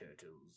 Turtles